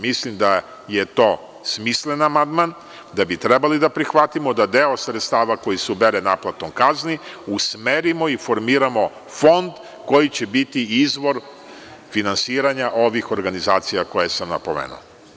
Mislim da je to smislen amandman, da bi trebalo da prihvatimo da deo sredstava koji se ubere naplatom kazni usmerimo i formiramo fond koji će biti izvor finansiranja ovih organizacija koje sam napomenuo.